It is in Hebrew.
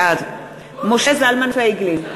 בעד משה זלמן פייגלין,